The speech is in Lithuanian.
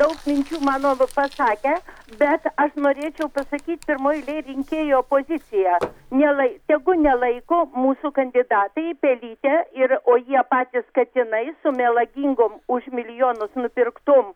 daug minčių mano pasakė bet aš norėčiau pasakyt pirmoje eilėje rinkėjo poziciją nelai tegu nelaiko mūsų kandidatai pelyte ir o jie patys katinai su melagingom už milijonus nupirktom